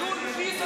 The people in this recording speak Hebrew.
ויזות, לא.